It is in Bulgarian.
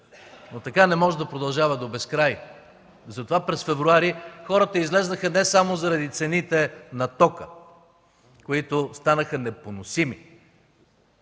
Но така не може да продължава до безкрай. Затова през месец февруари хората излязоха не само заради цените на тока, които станаха непоносими.